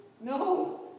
No